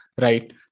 Right